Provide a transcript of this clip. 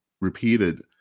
repeated